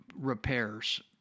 repairs